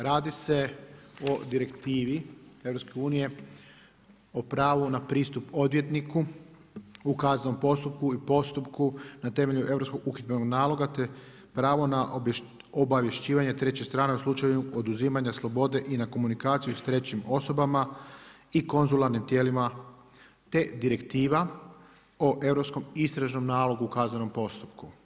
Radi se o direktivi EU o pravu na pristup odvjetniku u kaznenom postupku i postupku na temelju Europskog uhidbenog naloga te pravo na obavješćivanje treće strane u slučaju oduzimanja slobode i na komunikaciju s trećim osobama i konzularnim tijelima te Direktiva o Europskom istražnom nalogu u kaznenom postupku.